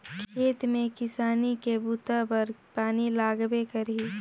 खेत में किसानी के बूता बर पानी लगबे करही